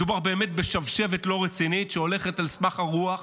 מדובר באמת בשבשבת לא רצינית, שהולכת על סמך הרוח